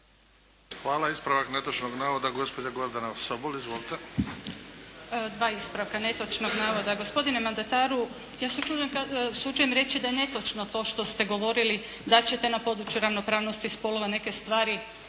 Hvala. Ispravak netočnog navoda gospođa Gordana Sobol. Izvolite. **Sobol, Gordana (SDP)** Dva ispravka netočnog navoda. Gospodine mandataru ja se usuđujem reći da je netočno to što ste govorili da ćete na području ravnopravnosti spolova neke stvari